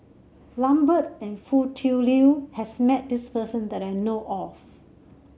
Lambert and Foo Tui Liew has met this person that I know of